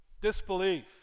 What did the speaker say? Disbelief